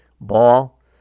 ball